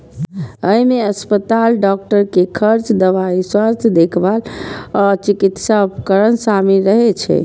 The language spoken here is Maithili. अय मे अस्पताल, डॉक्टर के खर्च, दवाइ, स्वास्थ्य देखभाल आ चिकित्सा उपकरण शामिल रहै छै